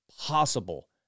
possible